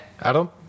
Adam